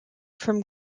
from